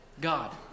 God